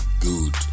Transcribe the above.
good